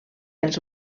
els